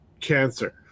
cancer